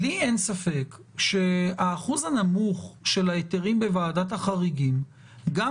לי אין ספק שהאחוז הנמוך של ההיתרים בוועדת החריגים גם